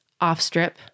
off-strip